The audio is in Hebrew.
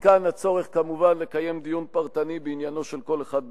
ומכאן כמובן הצורך לקיים דיון פרטני בעניינו של כל אחד בנפרד.